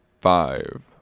Five